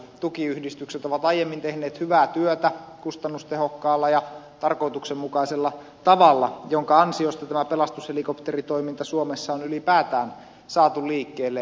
tukiyhdistykset ovat aiemmin tehneet hyvää työtä kustannustehokkaalla ja tarkoituksenmukaisella tavalla minkä ansiosta tämä pelastushelikopteritoiminta suomessa on ylipäätään saatu liikkeelle